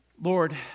Lord